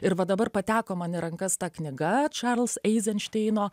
ir va dabar pateko man į rankas tą knygą čarlz eizenšteino